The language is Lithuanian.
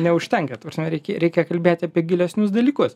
neužtenka ta prasme reikia reikia kalbėti apie gilesnius dalykus